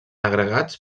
agregats